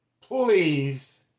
please